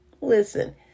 Listen